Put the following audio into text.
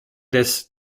des